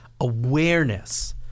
awareness-